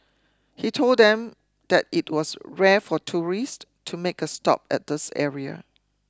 he told them that it was rare for tourists to make a stop at this area